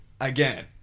Again